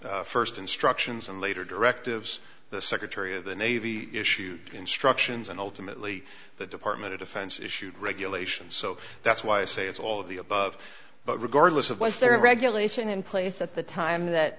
first instructions and later directives the secretary of the navy issued instructions and ultimately the department of defense issued regulations so that's why i say it's all of the above but regardless of was there a regulation in place at the time that